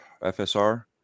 FSR